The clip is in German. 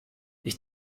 ich